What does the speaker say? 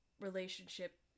relationship